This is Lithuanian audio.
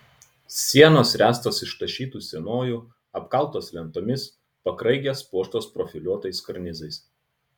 sienos ręstos iš tašytų sienojų apkaltos lentomis pakraigės puoštos profiliuotais karnizais